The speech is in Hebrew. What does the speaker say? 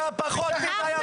היה פחות מדי.